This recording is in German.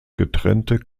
getrennte